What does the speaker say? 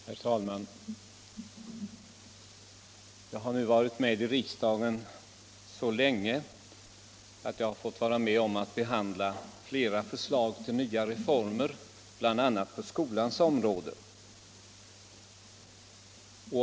Herr talman! Jag har nu varit här i riksdagen så länge att jag har fått vara med om att behandla flera förslag till nya reformer, bl.a. på skolans område.